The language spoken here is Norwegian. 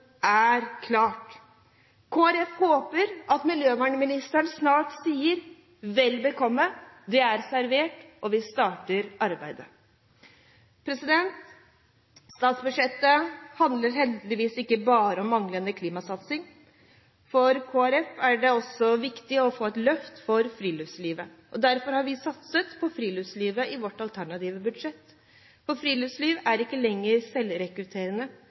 er klart. Kristelig Folkeparti håper at miljøvernministeren snart sier: Velbekomme, det er servert, og vi starter arbeidet! Statsbudsjettet handler heldigvis ikke bare om manglende klimasatsing. For Kristelig Folkeparti er det også viktig å få et løft for friluftslivet, og derfor har vi satset på friluftslivet i vårt alternative budsjett. Friluftslivet er ikke lenger selvrekrutterende;